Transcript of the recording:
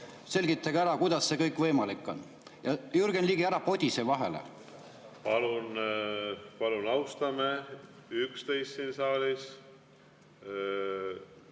Selgitage ära, kuidas see kõik võimalik on! Jürgen Ligi, ära podise vahele! Palun austame üksteist